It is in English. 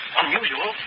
unusual